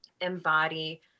embody